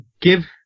give